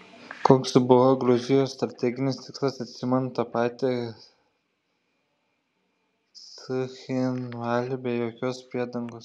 koks buvo gruzijos strateginis tikslas atsiimant tą patį cchinvalį be jokios priedangos